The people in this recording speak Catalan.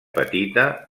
petita